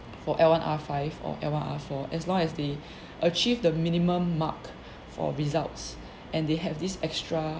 for L one R five or L one R four as long as they achieve the minimum mark for results and they have this extra